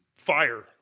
fire